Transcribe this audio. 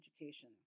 education